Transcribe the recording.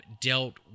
dealt